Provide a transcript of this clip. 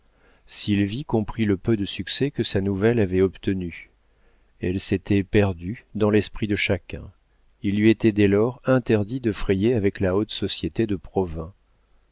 méchant sylvie comprit le peu de succès que sa nouvelle avait obtenu elle s'était perdue dans l'esprit de chacun il lui était dès lors interdit de frayer avec la haute société de provins